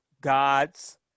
God's